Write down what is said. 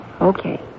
Okay